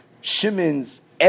Shimon's